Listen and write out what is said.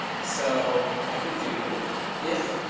so i can do if